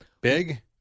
Big